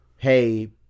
hey